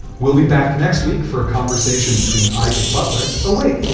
we'll be back next week for a conversation between isaac butler. oh, wait,